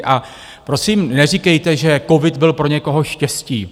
A prosím, neříkejte, že covid byl pro někoho štěstí.